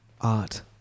art